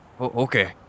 okay